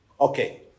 Okay